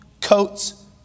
coats